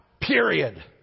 period